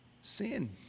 Sin